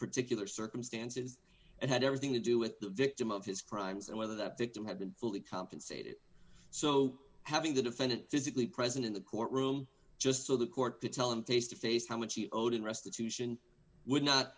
particular circumstances it had everything to do with the victim of his crimes and whether the victim had been fully compensated so having the defendant physically present in the courtroom just so the court did tell him face to face how much he owed and restitution would not